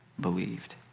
believed